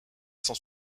sans